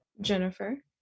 Jennifer